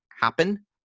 happen